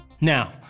Now